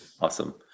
Awesome